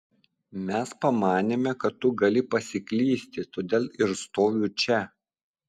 mes pamanėme kad tu gali pasiklysti todėl ir stoviu čia